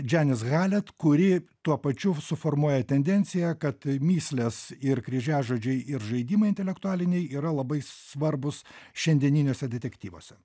dženis halet kuri tuo pačiu f suformuoja tendenciją kad mįslės ir kryžiažodžiai ir žaidimai intelektualiniai yra labai svarbūs šiandieniniuose detektyvuose